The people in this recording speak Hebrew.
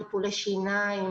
טיפולי שיניים,